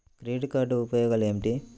Credit card ఉపయోగాలు ఏమిటి?